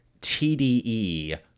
tde